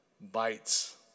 bites